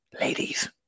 ladies